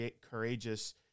courageous